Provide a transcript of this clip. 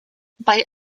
bei